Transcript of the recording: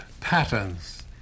patterns